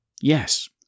yes